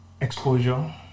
exposure